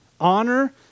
honor